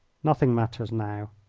nothing matters now.